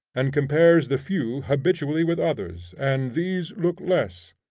and compares the few habitually with others, and these look less.